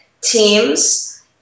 teams